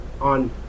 on